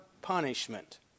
punishment